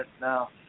Now